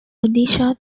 odisha